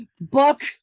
book